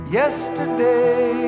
yesterday